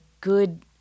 good